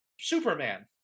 superman